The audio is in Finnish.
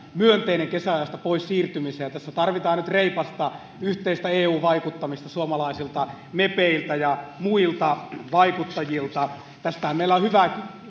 myönteinen kesäajasta pois siirtymiseen tässä tarvitaan nyt reipasta yhteistä eu vaikuttamista suomalaisilta mepeiltä ja muilta vaikuttajilta tästähän meillä on jo hyvää